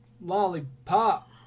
lollipop